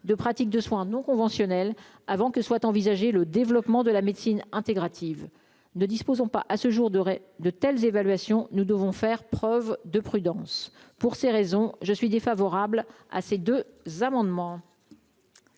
de pratiques de soins non conventionnels avant que soit envisagée, le développement de la médecine intégrative ne disposons pas à ce jour de de telles évaluations, nous devons faire preuve de prudence pour ces raisons je suis défavorable à ces deux amendements.